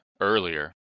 earlier